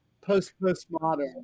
post-postmodern